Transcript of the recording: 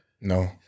no